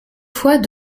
fois